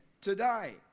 today